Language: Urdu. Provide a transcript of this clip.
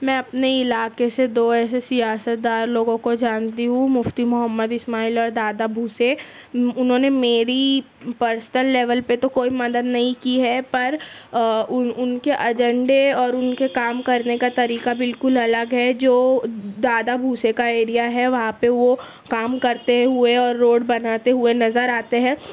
میں اپنے علاقے سے دو ایسے سیاست دار لوگوں کو جانتی ہوں مفتی محمد اسماعیل اور دادا بھوسے انہوں نے میری پرسنل لیول پہ تو کوئی مدد نہیں کی ہے پر ان کے ایجنڈے اور ان کے کام کرنے کا طریقہ بالکل الگ ہے جو دادا بھوسے کا ایریا ہے وہاں پہ وہ کام کرتے ہوئے اور روڈ بناتے ہوئے نظر آتے ہیں